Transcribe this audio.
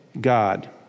God